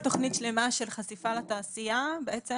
תוכנית שלמה של חשיפה לתעשייה בעצם